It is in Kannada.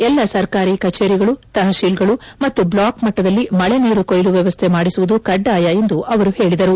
ಎಲ್ಲ ಸರ್ಕಾರಿ ಕಜೇರಿಗಳು ತಪಶೀಲ್ ಗಳು ಮತ್ತು ಬ್ಲಾಕ್ ಮಟ್ಟದಲ್ಲಿ ಮಳೆ ನೀರು ಕೊಯ್ಲು ವ್ಯವಸ್ಥೆ ಮಾಡಿಸುವುದು ಕಡ್ಡಾಯ ಎಂದು ಅವರು ಹೇಳದರು